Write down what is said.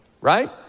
right